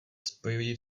spojují